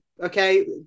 okay